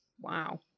wow